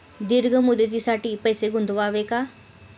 दीर्घ मुदतीसाठी पैसे गुंतवावे का?